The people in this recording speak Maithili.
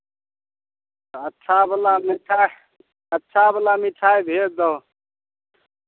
अच्छावला मिठाइ अच्छावला मिठाइ भेज दहक